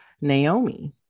Naomi